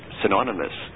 synonymous